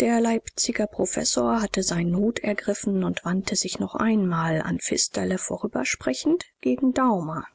der leipziger professor hatte seinen hut ergriffen und wandte sich noch einmal an pfisterle vorübersprechend gegen daumer